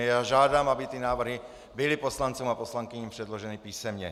Já žádám, aby ty návrhy byly poslancům a poslankyním předloženy písemně.